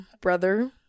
brother